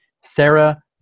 Sarah